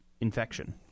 infection